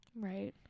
Right